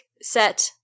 set